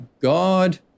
God